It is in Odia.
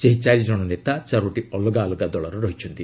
ସେହି ଚାରି ଜଣ ନେତା ଚାରୋଟି ଅଲଗା ଅଲଗା ଦଳର ରହିଛନ୍ତି